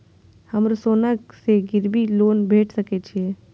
हमरो सोना से गिरबी लोन भेट सके छे?